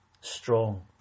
strong